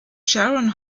sharon